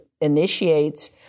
initiates